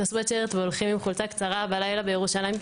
הסווטשירט והולכים בחולצה קצרה בלילה בירושלים,